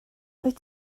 wyt